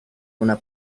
una